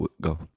go